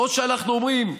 או שאנחנו אומרים: